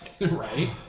Right